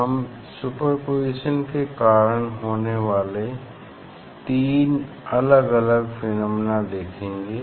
हम सुपरपोज़िशन के कारण होने वाले तीन अलग अलग फिनोमिना देखेंगे